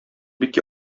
бик